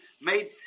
made